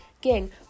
gang